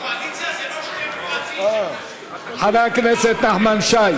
אני מבקש מחברי הכנסת לתמוך בהצעת